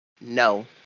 No